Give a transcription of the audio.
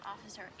Officer